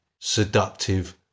seductive